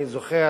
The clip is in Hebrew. אני זוכר,